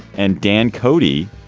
and dan cody,